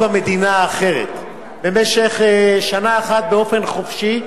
במדינה האחרת במשך שנה אחת באופן חופשי,